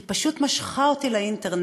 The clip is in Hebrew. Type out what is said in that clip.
היא פשוט משכה אותי לאינטרנט,